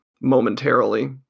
momentarily